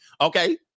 Okay